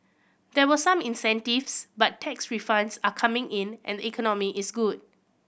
there were some incentives but tax refunds are coming in and the economy is good